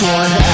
one